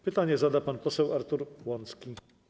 Pytanie zada pan poseł Artur Łącki.